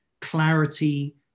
clarity